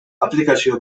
aplikazio